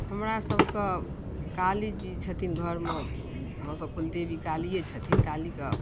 हमरा सबकेऽ काली जी छथिन घरमे हमरा सबके कुलदेवी कालिये छथिन कालीके